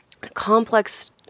complex